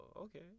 okay